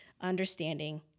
understanding